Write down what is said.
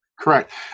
Correct